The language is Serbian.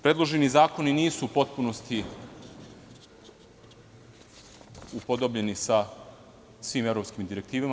Predloženi zakoni nisu u potpunosti upodobljeni sa svim evropskim direktivama.